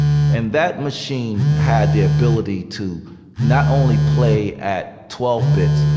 and that machine had the ability to not only play at twelve bits,